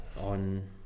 on